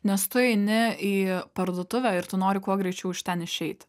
nes tu eini į parduotuvę ir tu nori kuo greičiau iš ten išeiti